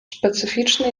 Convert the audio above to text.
specyficzny